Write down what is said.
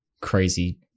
crazy